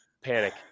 panic